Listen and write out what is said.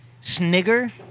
Snigger